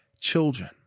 children